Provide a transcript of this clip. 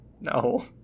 No